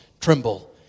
tremble